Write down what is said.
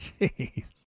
Jeez